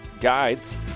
guides